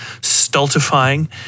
stultifying